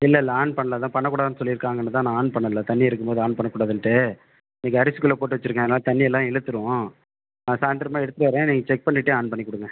இல்லை இல்லை ஆன் பண்ணல அதான் பண்ணக்கூடாதுனு சொல்லியிருக்காங்கனு தான் நான் ஆன் பண்ணலை தண்ணி இருக்கும்போது ஆன் பண்ணக்கூடாதுன்ட்டு இன்னைக்கு அரிசிக்குள்ளே போட்டு வெச்சுருக்கேன் அதனால் தண்ணி எல்லாம் இழுத்துடும் நான் சாய்ந்தரமாக எடுத்துட்டு வர்றேன் நீங்கள் செக் பண்ணிவிட்டு ஆன் பண்ணிக்கொடுங்க